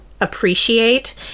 appreciate